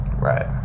Right